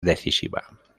decisiva